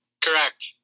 Correct